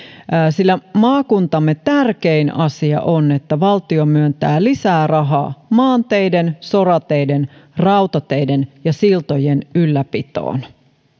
sillä maakuntamme tärkein asia on että valtio myöntää lisää rahaa maanteiden sorateiden rautateiden ja siltojen ylläpitoon